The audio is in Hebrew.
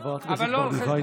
אבל לא על חשבוני.